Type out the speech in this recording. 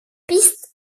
piste